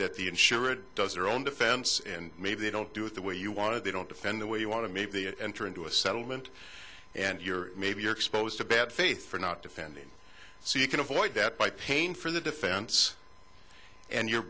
that the insurer does or own defense and maybe they don't do it the way you want to they don't defend the way you want to maybe enter into a settlement and you're maybe you're exposed to bad faith for not defending so you can avoid that by pain for the defense and you're